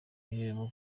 rwego